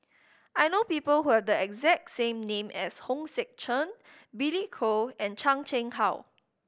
I know people who have the exact name as Hong Sek Chern Billy Koh and Chan Chang How